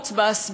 בסין,